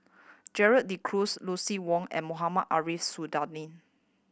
Gerald De Cruz Lucien Wang and Mohamed Ariff Suradi